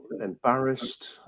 embarrassed